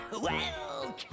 Welcome